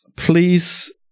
Please